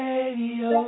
Radio